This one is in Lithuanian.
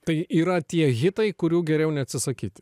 tai yra tie hitai kurių geriau neatsisakyti